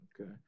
Okay